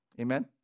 Amen